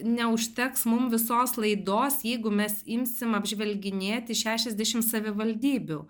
neužteks mum visos laidos jeigu mes imsim apžvelginėti šešiasdešim savivaldybių